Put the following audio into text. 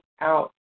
out